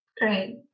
great